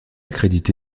crédité